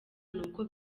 nuko